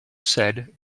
said